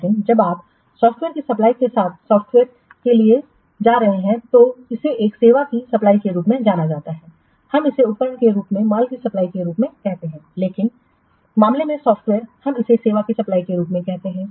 लेकिन जब आप सॉफ़्टवेयर की सप्लाई के साथ सॉफ़्टवेयर के लिए जा रहे हैं तो इसे एक सेवा की सप्लाई के रूप में जाना जाता है हम इसे उपकरण के रूप में माल की सप्लाई के रूप में कहते हैं लेकिन मामले में सॉफ़्टवेयर हम इसे सेवा की सप्लाई के रूप में कहते हैं